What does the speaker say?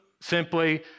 simply